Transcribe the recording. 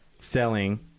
selling